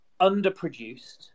underproduced